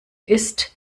ist